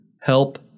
help